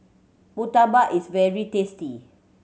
murtabak is very tasty